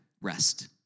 rest